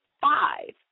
five